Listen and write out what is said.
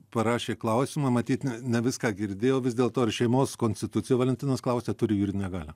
parašė klausimą matyt ne viską girdėjo vis dėlto ar šeimos konstitucija valentinas klausia turi juridinę galią